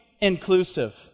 inclusive